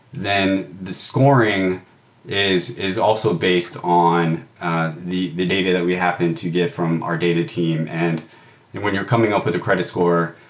then the scoring is is also based on the data data that we happen to get from our data team. and and when you're coming up with a credit score,